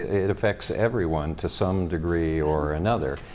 it affects everyone to some degree or another.